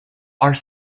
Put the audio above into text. are